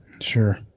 sure